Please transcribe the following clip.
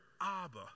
abba